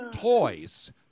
toys